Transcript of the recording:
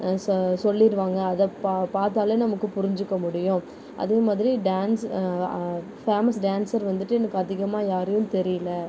சொல்லிடுவாங்க அதை பார்த்தாலே நமக்கு புரிஞ்சுக்க முடியும் அதே மாதிரி டேன்ஸ் பேமஸ் டேன்சர் வந்துவிட்டு எனக்கு அதிகமாக யாரையும் தெரியல